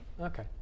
Okay